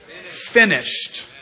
finished